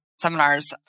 seminars